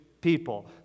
people